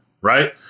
right